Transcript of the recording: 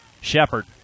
Shepard